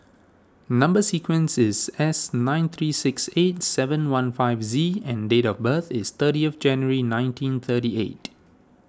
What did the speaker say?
Number Sequence is S nine three six eight seven one five Z and date of birth is thirty of January nineteen thirty eight